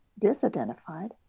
disidentified